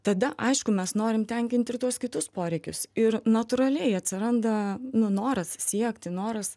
tada aišku mes norim tenkint ir tuos kitus poreikius ir natūraliai atsiranda nu noras siekti noras